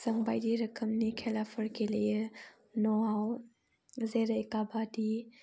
जों बायदि रोखोमनि खेलाफोर गेलेयो न'आव जेरै काबादि